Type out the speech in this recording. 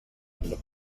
into